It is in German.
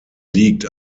liegt